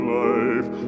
life